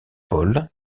paule